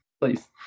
Please